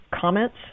comments